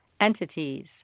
Entities